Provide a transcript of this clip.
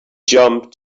jump